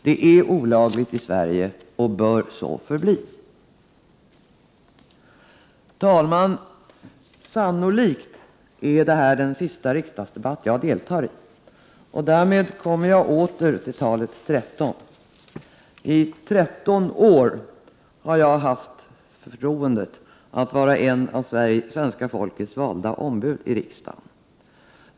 Det är olagligt i Sverige och bör så förbli. Herr talman! Sannolikt är detta den sista riksdagsdebatt jag deltar i, och därmed kommer jag åter till talet 13. Jag har i 13 år haft förtroendet att vara ett av svenska folkets valda ombud i riksdagen.